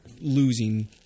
losing